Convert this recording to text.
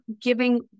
giving